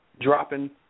dropping